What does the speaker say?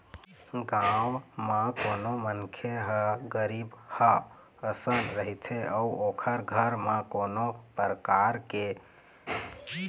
गाँव म कोनो मनखे ह गरीबहा असन रहिथे अउ ओखर घर म कोनो परकार ले काम आय हवय